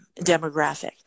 demographic